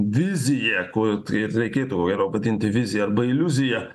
viziją ko tai reikėtų ir vadinti vizija arba oliuzija